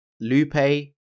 Lupe